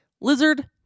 lizard